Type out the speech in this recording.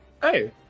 Hey